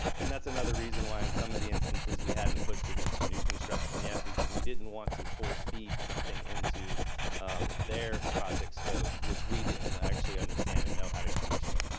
and that's another reason why and some of the instances, we haven't pushed it into new construction yet. because we didn't want to force-feed something into their project scope which we didn't understand and know how to commission.